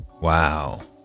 wow